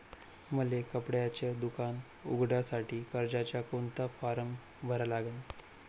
मले कपड्याच दुकान उघडासाठी कर्जाचा कोनचा फारम भरा लागन?